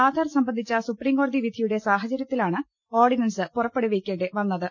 ആധാർ സംബന്ധിച്ച സുപ്രീംകോടതി വിധിയുടെ സാഹചര്യ ത്തിലാണ് ഓർഡിനൻസ് പുറപ്പെടുവിക്കേണ്ടി വന്നത്